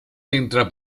entra